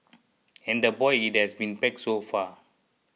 and a boy it has been packed so far